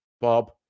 Bob